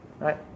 Right